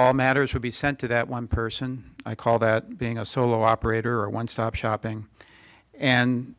all matters would be sent to that one person i call that being a solo operator or one stop shopping and